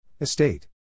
Estate